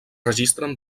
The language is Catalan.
registren